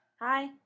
Hi